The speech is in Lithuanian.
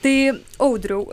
tai audriau